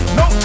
no